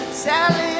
Sally